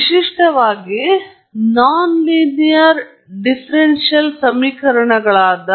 ವಿಶಿಷ್ಟವಾಗಿ nonlinear differential ಸಮೀಕರಣಗಳಾದ